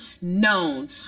known